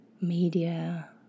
media